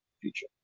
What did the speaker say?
future